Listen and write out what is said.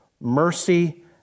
mercy